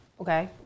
okay